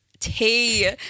Tea